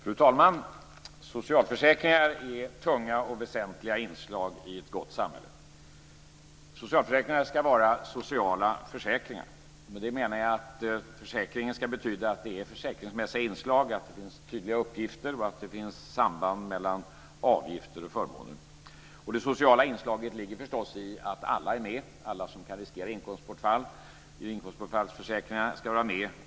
Fru talman! Socialförsäkringarna är tunga och väsentliga inslag i ett gott samhälle. Socialförsäkringarna ska vara sociala försäkringar. Med det menar jag att försäkringarna ska betyda att det finns försäkringsmässiga inslag, att det finns tydliga uppgifter samt att det finns ett samband mellan avgifter och förmåner. Det sociala inslaget ligger förstås i att alla som kan riskera inkomstbortfall är med.